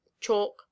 chalk